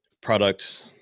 products